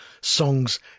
songs